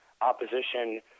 opposition